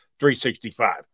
365